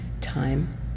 time